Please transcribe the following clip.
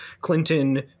Clinton